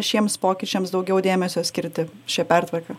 šiems pokyčiams daugiau dėmesio skirti šia pertvarka